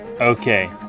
Okay